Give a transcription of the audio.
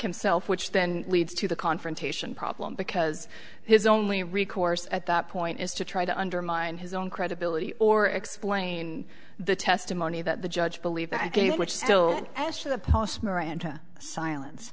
himself which then leads to the confrontation problem because his only recourse at that point is to try to undermine his own credibility or explain the testimony that the judge believe that which still as